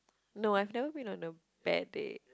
no I've never been on a bad date